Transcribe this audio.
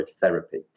therapy